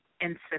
incident